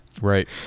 Right